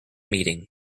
meeting